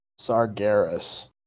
Sargeras